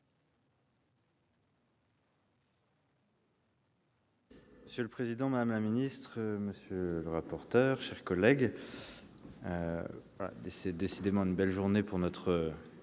Monsieur le président, madame la ministre, monsieur le rapporteur, mes chers collègues, c'est décidément une belle journée pour notre